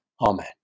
Amen